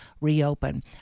reopen